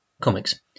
Comics